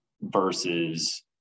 versus